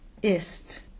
ist